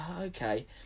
okay